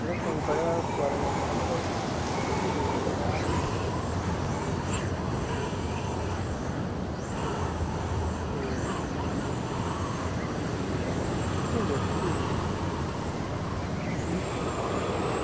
जेह्ड़ा नेंई पढ़े दा उस दे बारे च चलो पते ठीक ऐ ठीक ऐ ठीक ऐ जी